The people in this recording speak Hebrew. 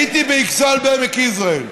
הייתי באכסאל בעמק יזרעאל,